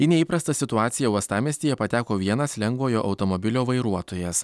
į neįprastą situaciją uostamiestyje pateko vienas lengvojo automobilio vairuotojas